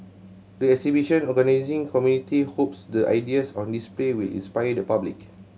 the exhibition organising committee hopes the ideas on display will inspire the public